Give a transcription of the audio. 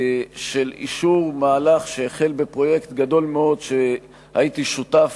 של אישור מהלך שהחל בפרויקט גדול מאוד שהייתי שותף